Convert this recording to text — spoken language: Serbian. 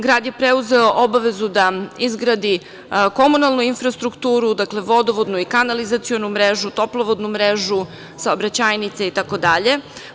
Grad je preuzeo obavezu da izgradi komunalnu infrastrukturu, dakle vodovodnu i kanalizacionu mrežu, toplovodnu mrežu, saobraćajnice i tako dalje.